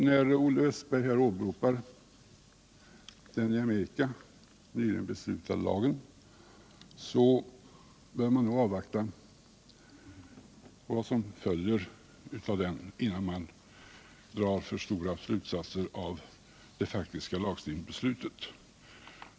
När Olle Wästberg här åberopar den i Amerika nyligen beslutade lagen, vill jag säga att man nog bör avvakta vad som följer av denna innan man drar för stora slutsatser av det faktiska lagstiftningsbeslutet.